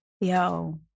yo